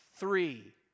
Three